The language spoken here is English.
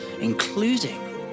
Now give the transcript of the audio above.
including